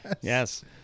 yes